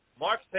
Mark